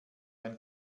ein